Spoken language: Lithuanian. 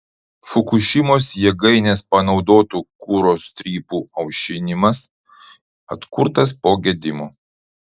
fukušimos jėgainės panaudotų kuro strypų aušinimas atkurtas po gedimo